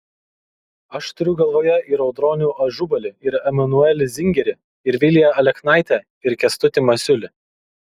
aš turiu galvoje ir audronių ažubalį ir emanuelį zingerį ir viliją aleknaitę ir kęstutį masiulį